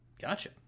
Gotcha